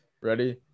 Ready